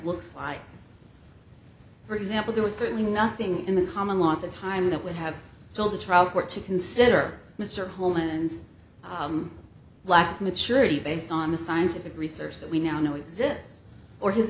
looks like for example there was certainly nothing in the common law at the time that would have told the trial court to consider mr homeland's lack of maturity based on the scientific research that we now know exists or his